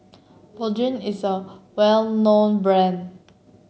Bonjela is a well known brand